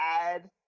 add